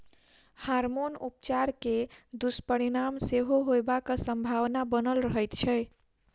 hormone उपचार के दुष्परिणाम सेहो होयबाक संभावना बनल रहैत छै